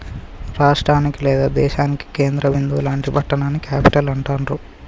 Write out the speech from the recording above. రాష్టానికి లేదా దేశానికి కేంద్ర బిందువు లాంటి పట్టణాన్ని క్యేపిటల్ అంటాండ్రు